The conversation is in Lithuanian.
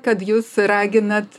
kad jūs raginat